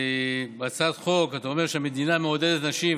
בהצעת חוק אתה אומר שהמדינה מעודדת נשים,